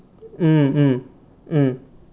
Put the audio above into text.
mm mm mm